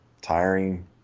tiring